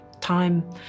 Time